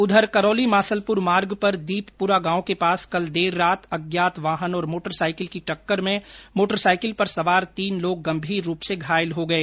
उधर करौली मासलपुर मार्ग पर दीपपुरा गांव के पास कल देर रात अज्ञात वाहन और मोटरसाइकिल की टक्कर में मोटरसाइकिल पर सवार तीन लोग गंभीर रूप से घायल हो गए